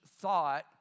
thought